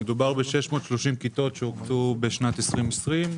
מדובר ב-630 כיתות שהוקצו בשנת 2020,